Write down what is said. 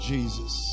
Jesus